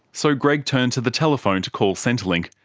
so greg turned to the telephone to call centrelink,